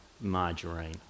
margarine